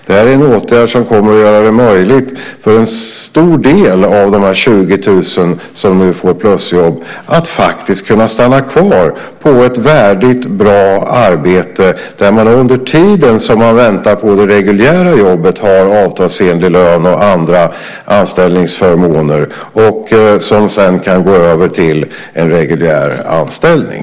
Det är en åtgärd som kommer att göra det möjligt för en stor del av de 20 000 som nu får plusjobb att faktiskt kunna stanna kvar på ett värdigt, bra arbete där man under tiden som man väntar på det reguljära jobbet har avtalsenlig lön och andra anställningsförmåner som sedan kan gå över till en reguljär anställning.